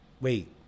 wait